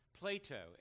Plato